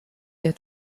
der